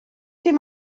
dim